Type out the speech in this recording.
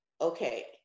okay